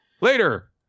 later